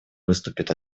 выступит